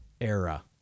era